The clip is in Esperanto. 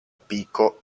piko